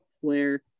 player